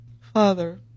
Father